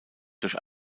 durch